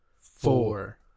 Four